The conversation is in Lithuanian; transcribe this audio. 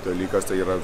dalykas tai yra